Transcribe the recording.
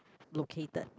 located